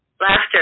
laughter